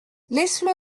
laisse